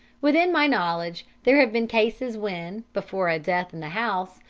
within my knowledge there have been cases when, before a death in the house,